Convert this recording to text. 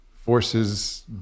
forces